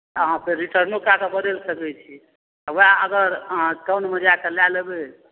तऽ आहाँ फेर रिटर्नो कए कऽ बदलि सकै छी वएह अगर आहाँ टाउन मे जाय कऽ लए लेबै